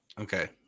Okay